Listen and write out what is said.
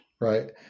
Right